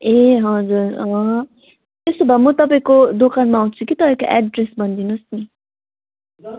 ए हजुर अँ त्यसो भए म तपाईँको दोकानमा आउँछु कि तपाईँको एड्रेस भनिदिनुहोस् न